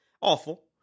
Awful